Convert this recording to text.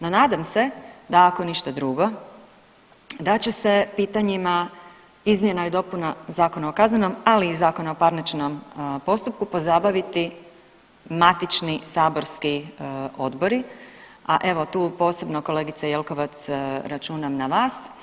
No, nadam se da ako ništa drugo, da će se pitanjima izmjena i dopuna Zakona o kaznenom, ali i Zakona o parničnom postupku pozabaviti matični saborski odbori, a evo tu posebno kolegice Jelkovac računam na vas.